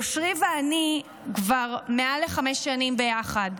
אושרי ואני כבר מעל לחמש שנים ביחד.